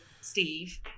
Steve